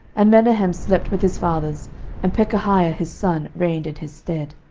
and menahem slept with his fathers and pekahiah his son reigned in his stead.